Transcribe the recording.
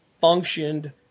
functioned